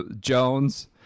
Jones